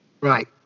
Right